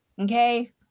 Okay